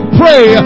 pray